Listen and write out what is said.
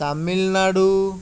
Tamil Nadu